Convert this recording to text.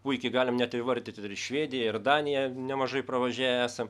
puikiai galim net ir įvardyti ir švediją ir daniją nemažai pravažiavę esam